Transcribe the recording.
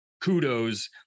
kudos